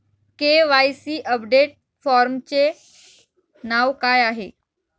KYC update फॉर्मचे नाव काय आहे?